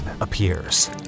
appears